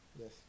Yes